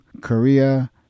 Korea